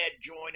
join